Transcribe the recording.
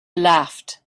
laughed